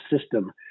system